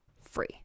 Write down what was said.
free